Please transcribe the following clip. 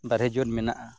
ᱵᱟᱨᱦᱮ ᱡᱤᱭᱚᱱ ᱢᱮᱱᱟᱜᱼᱟ